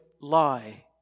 lie